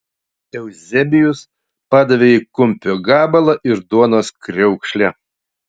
euzebijus padavė jai kumpio gabalą ir duonos kriaukšlę